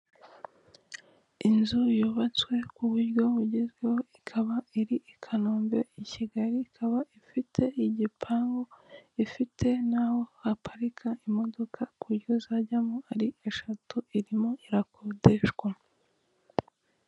Inzu yubatswe ku buryo bugezweho ikaba iri I Kanombe I Kigali ikaba ifite igipangu, ifite n'aho waparika imodoka ku buryo zajyamo ari eshatu irimo irakodeshwa.